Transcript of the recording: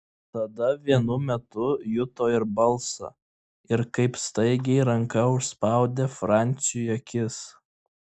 tada vienu metu juto ir balsą ir kaip staigiai ranka užspaudė franciui akis